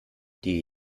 die